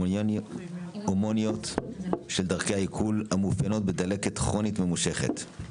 אוטואימוניות של דרכי העיכול המאופיינות בדלקת כרונית ממושכת,